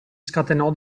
scatenò